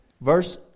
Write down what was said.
Verse